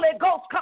Ghost